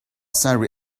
sundry